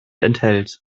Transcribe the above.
enthält